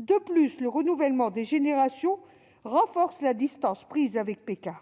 De plus, le renouvellement des générations renforce la distance prise avec Pékin.